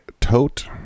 tote